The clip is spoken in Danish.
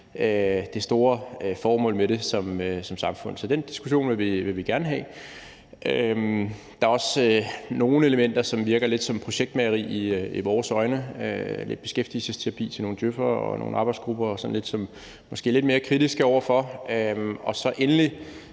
det store formål med det som samfund. Så den diskussion vil vi gerne have. Der er også nogle elementer, som virker lidt som projektmageri i vores øjne – lidt beskæftigelsesterapi til nogle djøf'ere og nogle arbejdsgrupper og sådan lidt – og det er vi måske lidt mere kritiske over for. Endelig